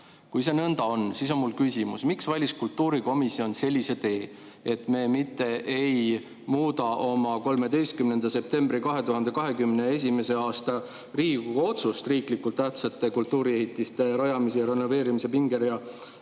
Kui see nõnda on, siis on mul küsimus, miks valis kultuurikomisjon sellise tee. Miks me ei muuda 13. septembri 2021. aasta Riigikogu otsust "Riiklikult tähtsate kultuuriehitiste rajamise ja renoveerimise pingerea